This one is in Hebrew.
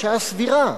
בשעה סבירה.